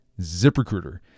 ZipRecruiter